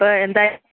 അപ്പം എന്തായാലും